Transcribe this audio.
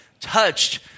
touched